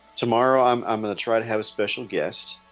tomorrow i'm i'm gonna try to have a special guest